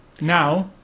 Now